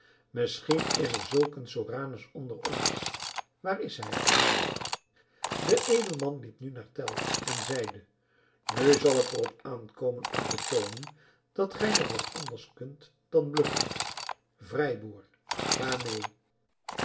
misschien is er zulk een soranus onder ons waar is hij de edelman liep nu naar tell en zeide nu zal het er op aankomen om te toonen dat gij nog wat anders kunt dan bluffen vrijboer ga mee